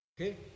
Okay